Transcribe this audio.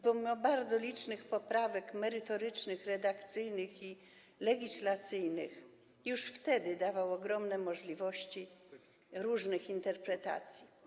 Pomimo bardzo licznych poprawek merytorycznych, redakcyjnych i legislacyjnych już wtedy dawał ogromne możliwości różnych interpretacji.